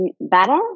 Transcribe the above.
better